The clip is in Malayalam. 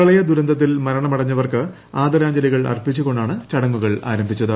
പ്രളയ ദുരന്തത്തിൽ മരണമടഞ്ഞവർക്ക് ആദരാജ്ഞലികൾ അർപ്പിച്ചുകൊണ്ടാണ് ചടങ്ങുകൾ ആരംഭിച്ചത്